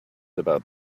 about